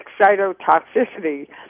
excitotoxicity